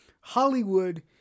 Hollywood